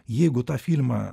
jeigu tą filmą